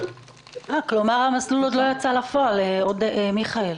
כלומר המסלול עוד לא יצא לפועל, מיכאל.